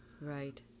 Right